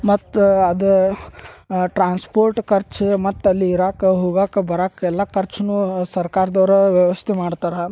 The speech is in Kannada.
ಮತ್ತು ಅದು ಟ್ರಾನ್ಸ್ಪೋರ್ಟ್ ಖರ್ಚ್ ಮತ್ತಲ್ಲಿ ಇರಾಕ ಹೋಗಾಕ ಬರಾಕೆ ಎಲ್ಲ ಖರ್ಚ್ನೂ ಸರ್ಕಾರ್ದವರು ವ್ಯವಸ್ಥೆ ಮಾಡ್ತಾರೆ